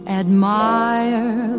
admire